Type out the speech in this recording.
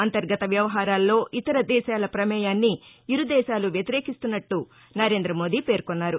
అంతర్గత వ్యవహారాల్లో ఇతర దేశాల ప్రమేయాన్ని ఇరు దేశాలు వ్యతిరేకిస్తున్నట్ల నరేంద్రమోదీ పేర్కొన్నారు